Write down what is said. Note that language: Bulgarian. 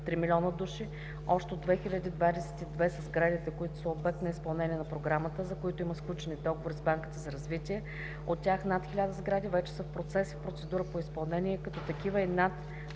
3 млн. души, общо 2022 са сградите, които са обект на изпълнение на програмата, за които има сключени договори с Банката за развитие, от тях над 1000 сгради вече са в процес и процедура по изпълнение, като такива и над